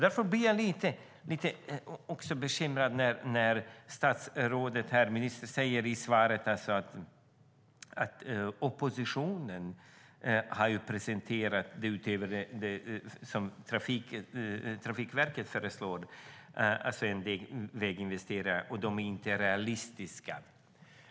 Därför blir jag lite bekymrad när ministern säger i svaret att de väginvesteringar som oppositionen har presenterat utöver de som Trafikverket föreslår inte är realistiska.